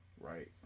Right